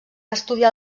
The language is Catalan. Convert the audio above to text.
estudiar